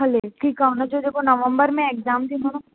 हले ठीकु आहे हुनजो जे को नवम्बर में एग्ज़ाम थींदो न